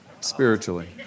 Spiritually